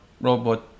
robot